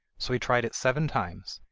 so he tried it seven times,